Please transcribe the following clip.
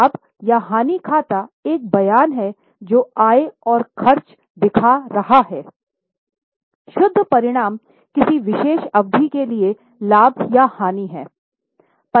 लाभ या हानि खाता एक बयान है जो आय और खर्च दिखा रहा है शुद्ध परिणाम किसी विशेष अवधि के लिए लाभ या हानि है